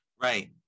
Right